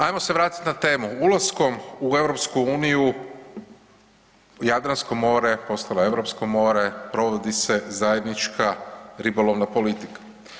Ajmo se vratiti na temu, ulaskom u EU, Jadransko more postalo je europsko more, provodi se zajednička ribolovna politika.